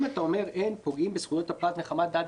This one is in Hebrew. אם אתה אומר: אין פוגעים בזכויות הפרט מחמת דת,